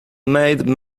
made